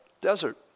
desert